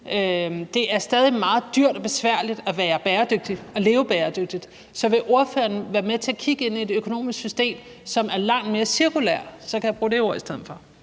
Det er stadig meget dyrt og besværligt at være bæredygtig og leve bæredygtigt. Så vil ordføreren være med til at kigge ind i et økonomisk system, som er langt mere cirkulært? Så kan jeg bruge det ord i stedet for.